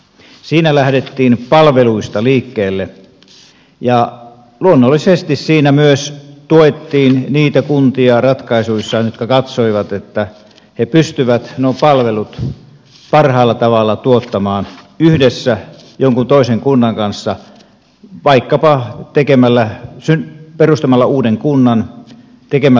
siinä lähdettiin palveluista liikkeelle ja luonnollisesti siinä myös tuettiin niitä kuntia ratkaisuissaan jotka katsoivat että ne pystyvät nuo palvelut parhaalla tavalla tuottamaan yhdessä jonkun toisen kunnan kanssa vaikkapa perustamalla uuden kunnan tekemällä kuntaliitoksen